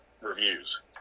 reviews